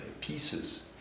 pieces